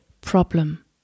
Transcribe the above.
problem